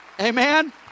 Amen